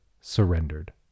surrendered